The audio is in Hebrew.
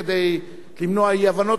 כדי למנוע אי-הבנות,